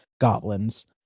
goblins